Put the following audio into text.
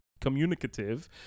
communicative